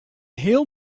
heal